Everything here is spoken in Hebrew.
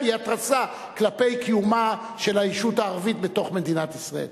הוא התרסה כלפי קיומה של הישות הערבית בתוך מדינת ישראל.